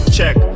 Check